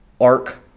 arc